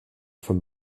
from